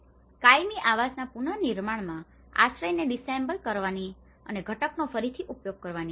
કાયમી આવાસના પુનર્નિર્માણમાં આશ્રયને ડિસએસેમ્બલ કરવાની અને ઘટકનો ફરીથી ઉપયોગ કરવાની ક્ષમતા